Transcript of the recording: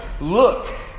Look